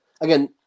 again